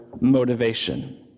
motivation